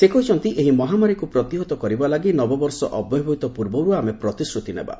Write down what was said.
ସେ କହିଛନ୍ତି ଏହି ମାମାରୀକୁ ପ୍ରତିହତ କରିବା ଲାଗି ନବବର୍ଷ ଅବ୍ୟବହିତ ପୂର୍ବରୁ ଆମେ ପ୍ରତିଶ୍ରତି ନେବା